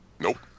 Nope